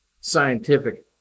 scientific